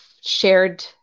shared